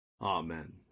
Amen